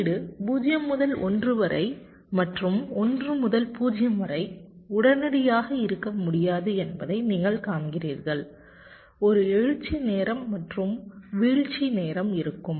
உள்ளீடு 0 முதல் 1 வரை மற்றும் 1 முதல் 0 வரை உடனடியாக இருக்க முடியாது என்பதை நீங்கள் காண்கிறீர்கள் ஒரு எழுச்சி நேரம் மற்றும் வீழ்ச்சி நேரம் இருக்கும்